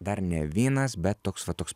dar ne vynas bet toks va toks